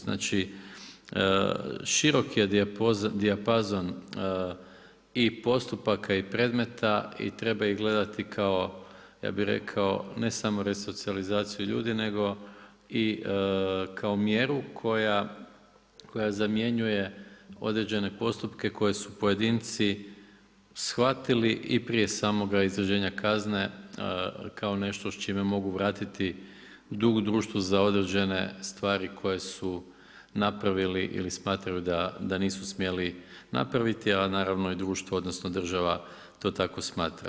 Znači širok je dijapazon i postupaka i predmeta i treba ih gledati kao ne samo resocijalizaciju ljudi nego i kao mjeru koja zamjenjuje određene postupke koje su pojedinci shvatili i prije samoga … kazne kao nešto s čime mogu vratiti dug društvu za određene stvari koje su napravili ili smatraju da nisu smjeli napraviti, a naravno i društvo odnosno država to tako smatra.